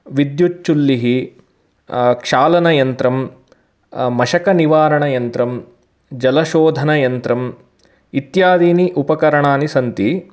विद्युच्चुल्लिः क्षालनयन्त्रं मशकनिवारणयन्त्रं जलशोधनयन्त्रम् इत्यादीनि उपकरणानि सन्ति